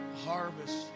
harvest